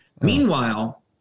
Meanwhile